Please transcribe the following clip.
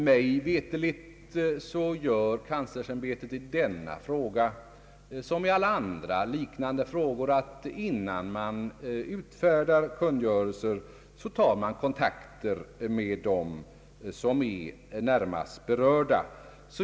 Mig veterligt förfar kanslersämbetet i denna som i alla andra liknande frågor, innan man utfärdar kungörelsen; man tar kontakter med dem som är närmast berörda.